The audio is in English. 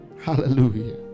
Hallelujah